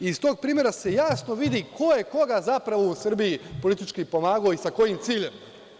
Iz tog primera se jasno vidi ko je koga zapravo u Srbiji politički pomagao i sa kojim ciljem.